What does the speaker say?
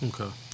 Okay